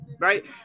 right